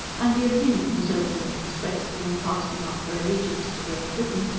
and the opinion was openly expressed that in casting off her allegiance to great britain,